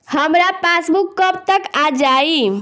हमार पासबूक कब तक आ जाई?